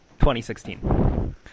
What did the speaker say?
2016